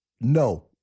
No